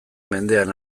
mendean